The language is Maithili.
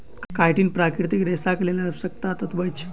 काइटीन प्राकृतिक रेशाक लेल आवश्यक तत्व अछि